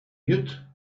mute